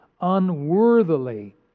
unworthily